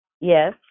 Yes